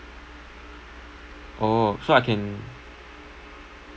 orh so I can